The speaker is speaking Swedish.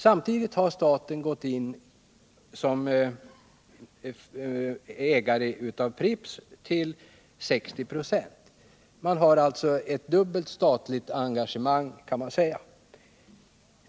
Samtidigt har staten trätt in som ägare i Pripps Bryggerier till 60 96. Man kan alltså säga att det här föreligger ett dubbelt statligt engagemang.